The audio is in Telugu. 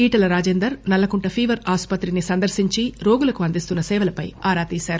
ఈటల రాజేందర్ నల్లకుంట ఫీవర్ ఆస్పత్రిని సందర్శించి రోగులకు అందిస్తున్న సేవలపై ఆరా తీశారు